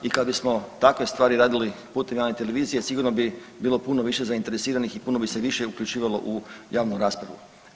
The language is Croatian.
I kad bismo takve stvari radili putem javne televizije sigurno bi bilo puno više zainteresiranih i puno bi se više uključivalo u javnu raspravu.